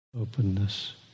openness